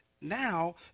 now